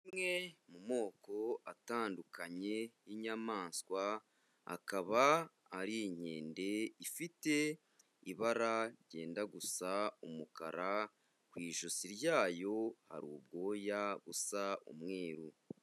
Amwe mu moko atandukanye y'inyamaswa akaba ari inkendeifite ibara ryera gusa umukara, ku ijosi ryayo hari ubwoya busa umweru.